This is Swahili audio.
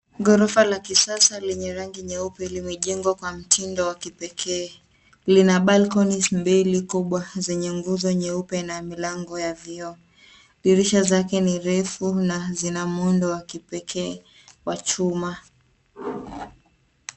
Ghorofa la kisasa lenye rangi nyeupe limejengwa kwa mtindo wa kipekee. Lina balconies mbili kubwa zenye nguzo nyeupe na milango ya vioo. Dirisha zake ni refu na zina muundo wa kipekee wa chuma.